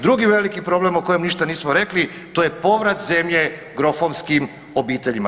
Drugi veliki problem o kojem ništa nismo rekli to je povrat zemlje grofovskim obiteljima.